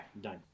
done